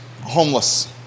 homeless